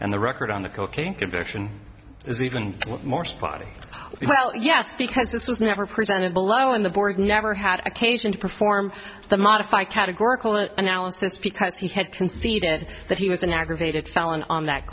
and the record on the cocaine conviction is even more spotty well yes because this was never presented below and the board never had occasion to perform the modify categorical an analysis because he had conceded that he was an aggravated felon on that